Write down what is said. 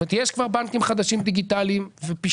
זאת אומרת,